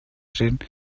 cent